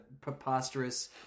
preposterous